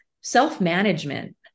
self-management